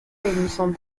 réunissant